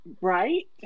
right